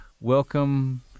welcome